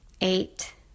eight